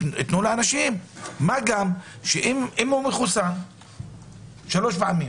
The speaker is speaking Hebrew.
מה גם שאם הוא מחוסן שלוש פעמים